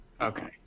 Okay